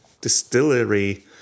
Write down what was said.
Distillery